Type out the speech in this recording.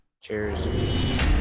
cheers